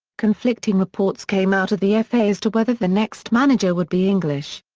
conflicting reports came out of the fa as to whether the next manager would be english.